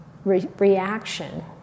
Reaction